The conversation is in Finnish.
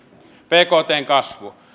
bktn kasvu